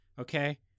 okay